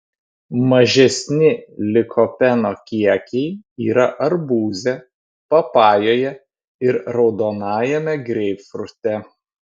mažesni likopeno kiekiai yra arbūze papajoje ir raudonajame greipfrute